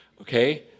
okay